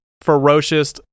ferocious